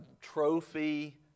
Trophy